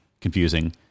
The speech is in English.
confusing